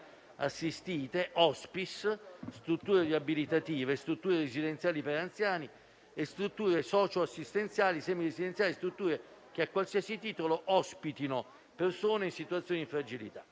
assistite, *hospice*, strutture riabilitative, strutture residenziali per anziani, strutture socio-assistenziali, semiresidenziali e strutture che a qualsiasi titolo ospitino persone in situazioni di fragilità.